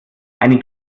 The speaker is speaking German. eine